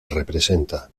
representa